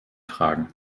tragen